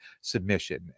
submission